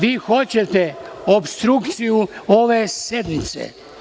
Vi hoćete opstrukciju ove sednice.